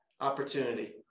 Opportunity